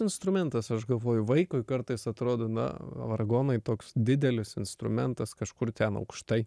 instrumentas aš galvoju vaikui kartais atrodo na vargonai toks didelis instrumentas kažkur ten aukštai